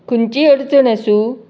खंयचीय अडचण आसूं